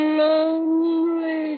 lonely